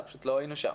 פשוט לא היינו שם.